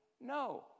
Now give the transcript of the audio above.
No